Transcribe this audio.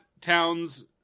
town's